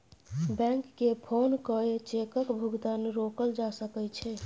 बैंककेँ फोन कए चेकक भुगतान रोकल जा सकै छै